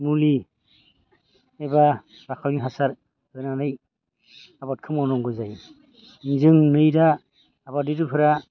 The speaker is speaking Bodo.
मुलि एबा रासायनिक हासार होनानै आबादखौ मावनांगौ जायो जों नुयो दा आबादारिफ्रा